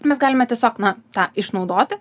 mes galime tiesiog na tą išnaudoti